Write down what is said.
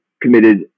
committed